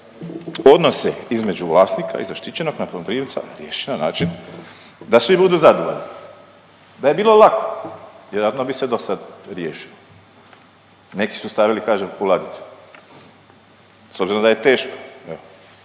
odnose između vlasnika i zaštićenog najmoprimca riješi na način da svi budu zadovoljni. Da je bilo lako vjerojatno bi se dosad riješilo. Neki su stavili kažem u ladicu s obzirom da je teško.